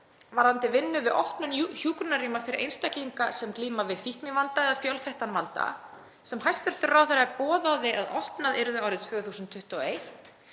varðandi vinnu við opnun hjúkrunarrýma fyrir einstaklinga sem glíma við fíknivanda eða fjölþættan vanda sem hæstv. ráðherra boðaði að opnuð yrðu árið 2021.